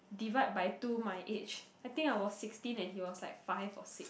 divide by two my age I think I was sixteen and he was like five or six